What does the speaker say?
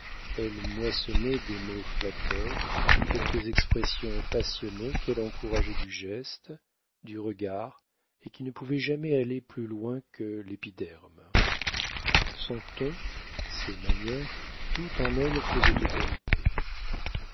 elle moissonnait des mots flatteurs quelques expressions passionnées qu'elle encourageait du geste du regard et qui ne pouvaient jamais aller plus loin que l'épiderme son ton ses manières tout en elle faisait autorité